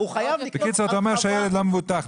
אתה אומר שהילד לא מבוטח.